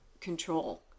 control